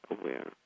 aware